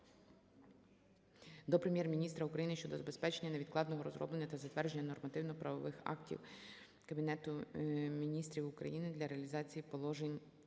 до Прем'єр-міністра України щодо забезпечення невідкладного розроблення та затвердження нормативно-правових актів Кабінету Міністрів України для реалізації положень